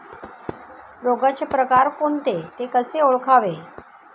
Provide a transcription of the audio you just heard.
रोगाचे प्रकार कोणते? ते कसे ओळखावे?